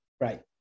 Right